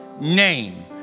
name